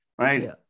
right